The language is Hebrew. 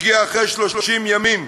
הגיע אחרי 30 ימים.